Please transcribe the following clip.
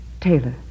Taylor